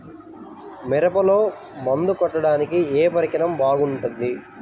మిరపలో మందు కొట్టాడానికి ఏ పరికరం బాగుంటుంది?